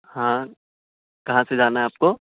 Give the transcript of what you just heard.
ہاں کہاں سے جانا ہے آپ کو